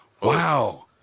Wow